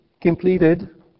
completed